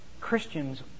Christians